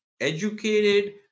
educated